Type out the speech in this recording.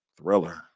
thriller